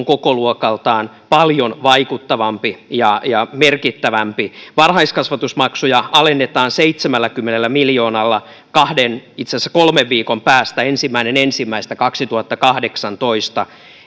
kokoluokaltaan paljon vaikuttavampi ja ja merkittävämpi varhaiskasvatusmaksuja alennetaan seitsemälläkymmenellä miljoonalla kahden itse asiassa kolmen viikon päästä ensimmäinen ensimmäistä kaksituhattakahdeksantoista